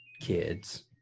kids